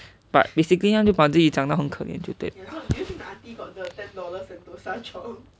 but basically 她就把自己讲得很可怜就对了:tae jiu ba zi ji jiang de hen ke lian jiu dui le